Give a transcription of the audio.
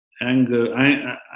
anger